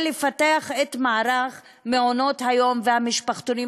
לפתח את מערך מעונות-היום והמשפחתונים,